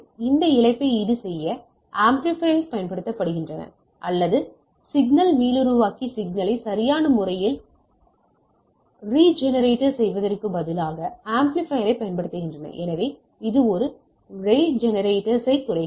இந்த இழப்பை ஈடுசெய்ய ஆம்ப்ளிபையர்கள் பயன்படுத்தப்படுகின்றன அல்லது சிக்னல் மீளுருவாக்கி சிக்னலை சரியான முறையில் ரெஜெனெரேட்டர் செய்வதற்குப் பதிலாக ஆம்ப்ளிபையர்கள் பயன்படுத்தப்படுகின்றன எனவே இது ஒரு ரெஜெனெரேட்டர்ஸ் ஐ குறைக்கிறது